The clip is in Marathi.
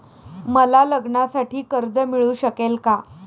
मला लग्नासाठी कर्ज मिळू शकेल का?